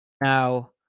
Now